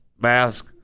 mask